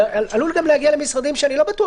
זה עלול גם להגיע למשרדים שאני לא בטוח